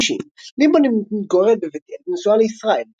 חיים אישיים ליבמן מתגוררת בבית אל ונשואה לישראל,